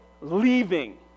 leaving